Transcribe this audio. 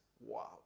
wow